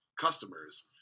customers